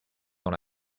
dans